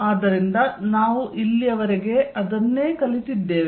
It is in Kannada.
ಆದ್ದರಿಂದ ನಾವು ಇಲ್ಲಿಯವರೆಗೆ ಇದನ್ನೇ ಕಲಿತಿದ್ದೇವೆ